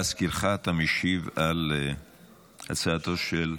להזכירך, אתה משיב על הצעתו של,